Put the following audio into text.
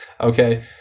okay